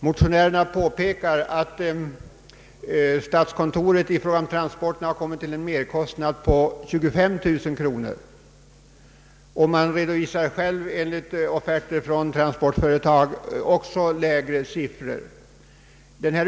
Motionärerna påpekar att statskontoret i fråga om transporterna har kommit till en merkostnad på 25000 kronor, och de redovisar själva, enligt offerter från transportföretag, också lägre siffror.